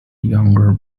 younger